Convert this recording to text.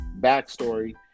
backstory